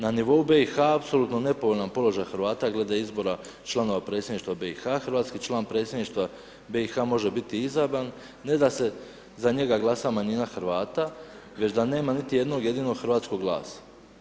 Na nivou BiH apsolutno nepovoljan položaj Hrvata glede izbora članova predsjedništva BiH, hrvatski član predsjedništva BiH može biti izabran, ne da se za njega glasa manjina Hrvata, već da nema niti jednog jedinog hrvatskog glasa.